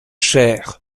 cher